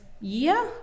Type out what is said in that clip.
year